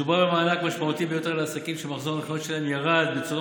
מדובר במענק משמעותי ביותר לעסקים שמחזור המכירות שלהם ירד בצורה